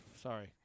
Sorry